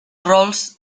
rols